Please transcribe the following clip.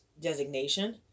Designation